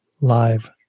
live